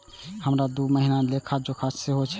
हमरा दूय महीना के लेखा जोखा सेहो चाही